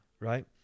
Right